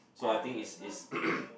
so I think is is